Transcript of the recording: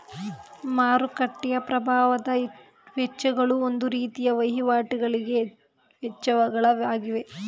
ಮಾರುಕಟ್ಟೆಯ ಪ್ರಭಾವದ ವೆಚ್ಚಗಳು ಒಂದು ರೀತಿಯ ವಹಿವಾಟಿಗಳಿಗೆ ವೆಚ್ಚಗಳ ಆಗಿವೆ